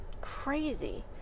Crazy